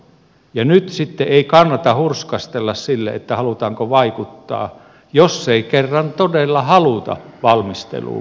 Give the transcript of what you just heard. ja nyt sitten ei kannata hurskastella sille halutaanko vaikuttaa jos ei kerran todella haluta valmisteluun mukaan